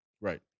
Right